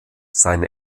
sein